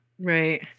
Right